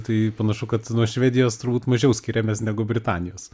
tai panašu kad nuo švedijos turbūt mažiau skiriamės negu britanijos